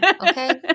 Okay